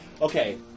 Okay